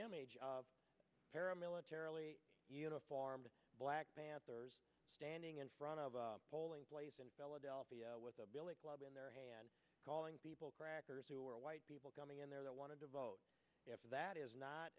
aaron militarily uniformed black panthers standing in front of a polling place in philadelphia with a billy club in their hand calling people crackers who are white people coming in there that want to vote if that is not